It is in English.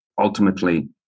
ultimately